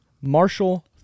Marshall